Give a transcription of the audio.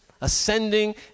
ascending